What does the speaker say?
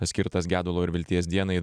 skirtas gedulo ir vilties dienai